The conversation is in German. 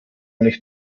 nicht